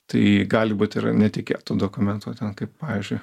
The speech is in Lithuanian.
tai gali būt ir netikėtų dokumentų ten kaip pavyzdžiui